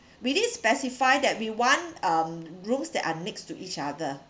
we did specify that we want um rooms that are next to each other